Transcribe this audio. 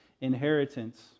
inheritance